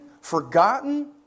forgotten